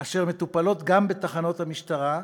אשר מטופלות גם בתחנות המשטרה.